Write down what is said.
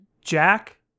Jack